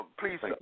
please